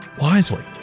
wisely